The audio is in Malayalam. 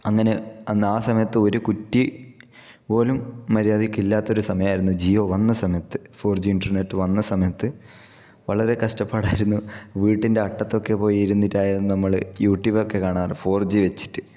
അങ്ങനെ അന്ന് ആ സമയത്ത് ഒരു കുറ്റി പോലും മര്യാദയ്ക്ക് ഇല്ലാത്തൊരു സമയമായിരുന്നു ജിയോ വന്ന സമയത്ത് ഫോർ ജി ഇന്റർനെറ്റ് വന്ന സമയത്ത് വളരെ കഷ്ടപ്പാടായിരുന്നു വീട്ടിൻ്റെ അറ്റത്തൊക്കെ പോയി ഇരുന്നിട്ടായിരുന്നു നമ്മള് യൂട്യൂബ് ഒക്കെ കാണാറ് ഫോർ ജി വെച്ചിട്ട്